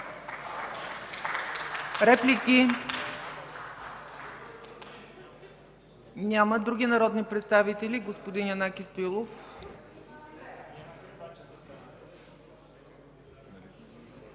Реплики? Няма. Други народни представители? Господин Янаки Стоилов.